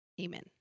Amen